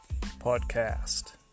Podcast